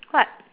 what